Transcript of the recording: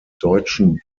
deutschen